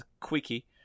quickie